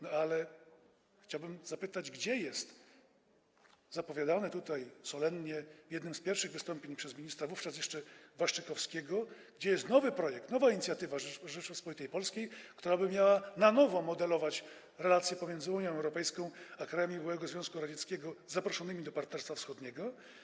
No, ale chciałbym zapytać, gdzie jest zapowiadany tutaj solennie w jednym z pierwszych wystąpień przez ministra wówczas jeszcze Waszczykowskiego nowy projekt, nowa inicjatywa Rzeczypospolitej Polskiej, która by miała na nowo modelować relacje pomiędzy Unią Europejską a krajami byłego Związku Radzieckiego zaproszonymi do Partnerstwa Wschodniego.